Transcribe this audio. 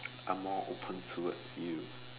I'm more open towards you